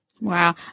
Wow